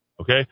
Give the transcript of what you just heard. okay